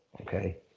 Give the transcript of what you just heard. Okay